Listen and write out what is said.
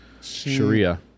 Sharia